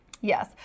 Yes